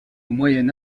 moyen